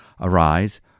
Arise